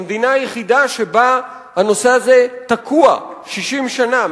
המדינה היחידה שבה הנושא הזה תקוע 60 שנה,